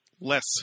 less